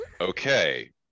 Okay